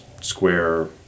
square